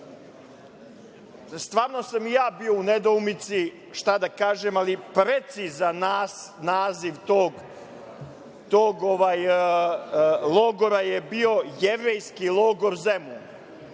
stvarno sam i ja bio u nedoumici šta da kažem, ali precizan naziv tog logora je bio "Jevrejski logor Zemun".